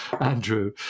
Andrew